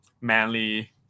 manly